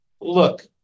look